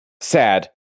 Sad